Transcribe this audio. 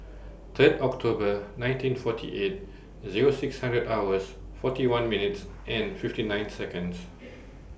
Third October nineteen forty eight Zero six hundred hours forty one minutes and fifty nine Seconds